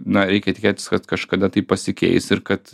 na reikia tikėtis kad kažkada tai pasikeis ir kad